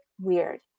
weird